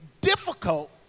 difficult